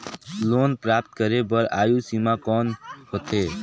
Loan प्राप्त करे बर आयु सीमा कौन होथे?